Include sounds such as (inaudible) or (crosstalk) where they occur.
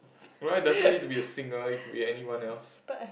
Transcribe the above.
(noise) doesn't need to be a singer it could be anyone else